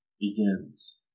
begins